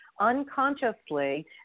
unconsciously